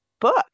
book